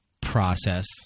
process